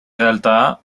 realtà